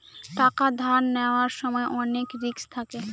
টাকা ধার নেওয়ার সময় অনেক রিস্ক থাকে